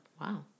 Wow